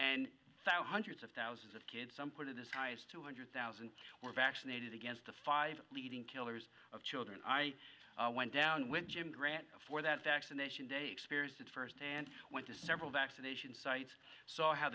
and hundreds of thousands of kids some put it as high as two hundred thousand were vaccinated against the five leading killers of children i went down with jim grant for that vaccination day experienced it first hand went to several vaccination sites so how